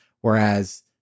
Whereas